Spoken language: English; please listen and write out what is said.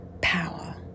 Power